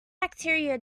bacteria